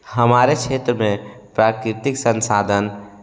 हमारे क्षेत्र में प्राकृतिक संसाधन